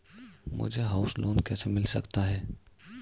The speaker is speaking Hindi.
मुझे हाउस लोंन कैसे मिल सकता है?